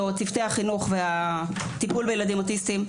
צוותי החינוך והטיפול בילדים אוטיסטים: